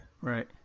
Right